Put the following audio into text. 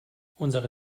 unsere